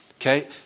okay